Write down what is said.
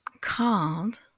called